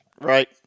right